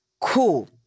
Cool